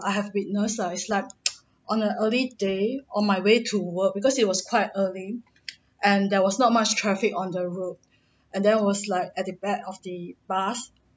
I have witnessed err is like on an early day on my way to work because it was quite early and there was not much traffic on the road and there was like at the back of the bus